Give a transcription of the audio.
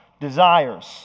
desires